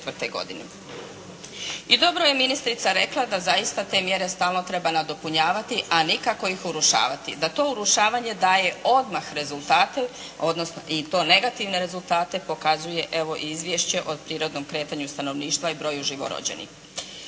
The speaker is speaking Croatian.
I dobro je ministrica rekla da zaista te mjere stalno treba nadopunjavati a nikako ih urušavati. Da to urušavanje daje odmah rezultate, odnosno, i to negativne rezultate pokazuje evo i Izvješće o prirodnom kretanju stanovništva i broju živorođenih.